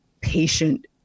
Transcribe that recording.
patient